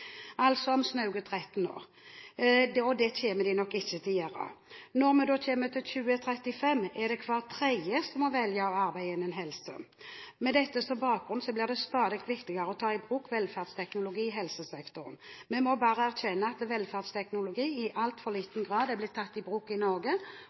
altså om snaue 13 år – og det kommer de nok ikke til å gjøre. Når vi så kommer til 2035, må hver tredje velge å arbeide innen helse. Med dette som bakgrunn blir det stadig viktigere å ta i bruk velferdsteknologi i helsesektoren. Vi må bare erkjenne at velferdsteknologi i altfor